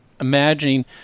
imagining